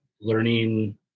learning